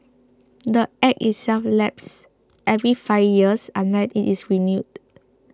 the Act itself lapses every five years unless it is renewed